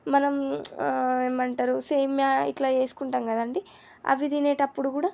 మనం ఏమంటారు సేమ్యా ఇట్లా చేస్కుంటాం కదండి అవి తినేటప్పుడు కూడా